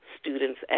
students